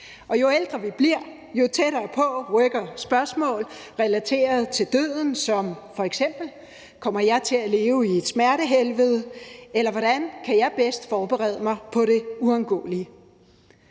jo ældre vi bliver, jo tættere på rykker spørgsmål relateret til døden – som f.eks.: Kommer jeg til at leve i et smertehelvede, eller hvordan kan jeg bedst forberede mig på det uundgåelige?